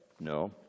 No